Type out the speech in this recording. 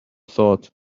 thought